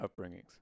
upbringings